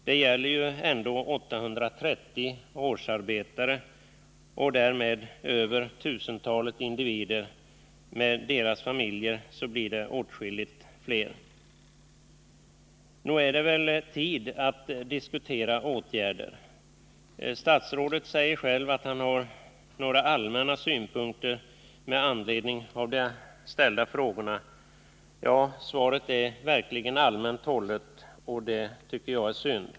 Det gäller ju ändå 830 årsarbetare och därmed över tusentalet individer — med deras familjer blir det åtskilligt fler. Nog är det väl tid att diskutera åtgärder? Statsrådet säger själv att han har några allmänna synpunkter med anledning av de ställda frågorna. Ja, svaret är verkligen allmänt hållet, och det tycker jag är synd.